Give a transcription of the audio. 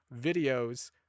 videos